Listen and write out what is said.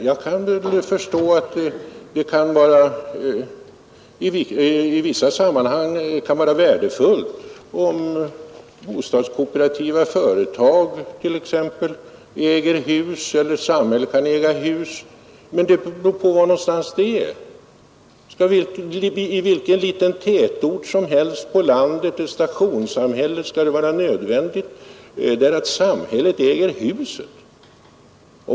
Jag kan förstå att det i vissa sammanhang kan vara värdefullt om t.ex. bostadskooperativa företag eller samhället äger hus, men det beror på var någonstans det är. Skall det i vilken liten tätort som helst på landet, exempelvis ett stationssamhälle, vara nödvändigt att samhället äger husen?